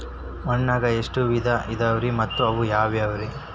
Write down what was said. ಮಣ್ಣಾಗ ಎಷ್ಟ ವಿಧ ಇದಾವ್ರಿ ಮತ್ತ ಅವು ಯಾವ್ರೇ?